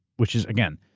which, again,